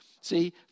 See